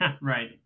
Right